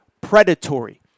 predatory